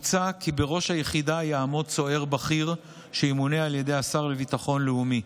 מוצע כי בראש היחידה יעמוד סוהר בכיר שימונה על ידי השר לביטחון לאומי.